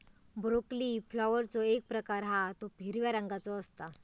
broccoli फ्लॉवरचो एक प्रकार हा तो हिरव्या रंगाचो असता